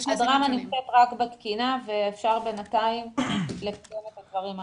הדרמה נמצאת רק בתקינה ואפשר בינתיים לפתור את הדברים האחרים.